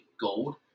Gold